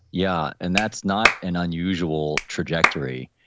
yeah, and that's not an unusual trajectory.